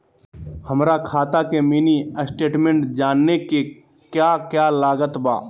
हमरा खाता के मिनी स्टेटमेंट जानने के क्या क्या लागत बा?